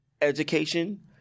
education